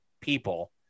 people